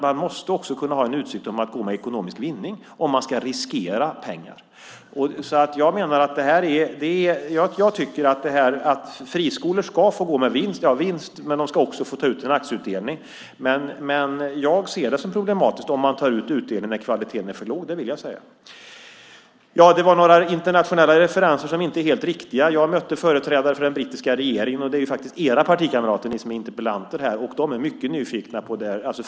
Man måste också kunna ha en utsikt om att få en ekonomisk vinning om man ska riskera pengar. Jag tycker att friskolor ska få gå med vinst, och de ska också få ta ut en aktieutdelning. Men jag ser det som problematiskt om man tar ut utdelning när kvaliteten är för låg. Det vill jag säga. Det gjordes några internationella referenser som inte var helt riktiga. Jag mötte företrädare för den brittiska regeringen. Det är faktiskt era partikamrater, ni som är interpellanter här. De är mycket nyfikna på detta.